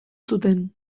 zuten